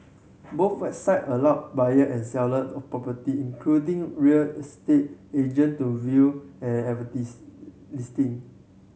both website allow buyer and seller of property including real estate agent to view and advertise listing